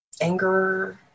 anger